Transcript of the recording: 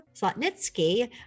Slotnitsky